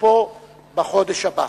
לתוקפו בחודש הבא.